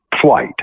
flight